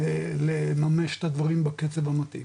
לממש את הדברים בקצב המתאים.